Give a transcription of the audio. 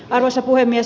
arvoisa puhemies